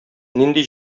нинди